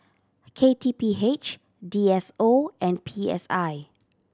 K T P H D S O and P S I